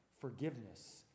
forgiveness